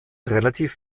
relativ